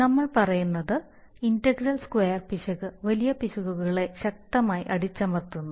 നമ്മൾ പറയുന്നത് integral square പിശക് വലിയ പിശകുകളെ ശക്തമായി അടിച്ചമർത്തുന്നു